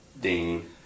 ding